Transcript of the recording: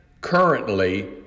Currently